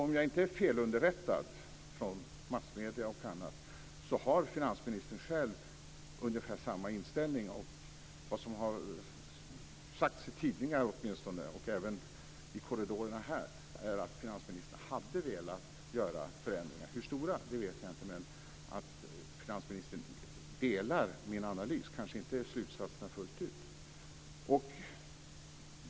Om jag inte är felunderrättad av massmedier och annat, har finansministern själv ungefär samma inställning. Vad som har sagts i tidningar och i korridorerna här är att finansministern har velat göra förändringar. Jag vet inte hur stora dessa skulle vara, men finansministern delar min uppfattning i min analys även om det inte inbegriper slutsatserna fullt ut.